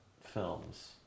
films